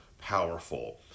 powerful